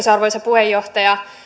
arvoisa puheenjohtaja